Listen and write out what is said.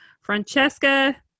Francesca